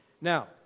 Now